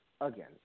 again